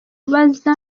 kubaza